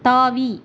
தாவி